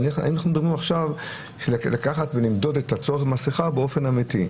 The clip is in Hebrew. אנחנו מדברים עכשיו על בדיקת הצורך במסכה באופן אמיתי.